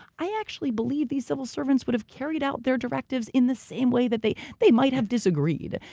i actually believe these civil servants would have carried out their directives in the same way that they. they might have disagreed.